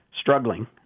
struggling